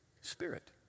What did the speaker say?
spirit